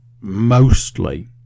mostly